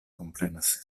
komprenas